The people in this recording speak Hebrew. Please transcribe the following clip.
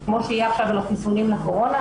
כמו שיהיה עכשיו לחיסוני הקורונה,